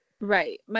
Right